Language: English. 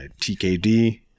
tkd